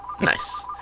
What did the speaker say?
Nice